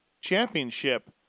Championship